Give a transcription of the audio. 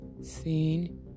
seen